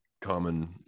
common